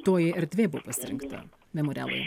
toji erdvė buvo pasirinkta memorialui